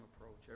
approach